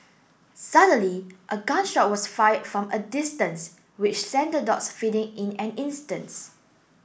suddenly a gun shot was fired from a distance which sent the dogs fleeing in an instance